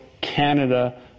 Canada